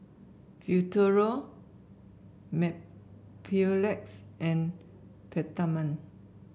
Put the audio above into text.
Futuro Mepilex and Peptamen